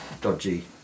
dodgy